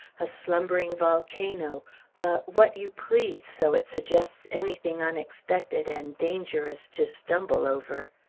a slumbering volcano, a what you please, so it suggests anything unexpected and dangerous to stumble over.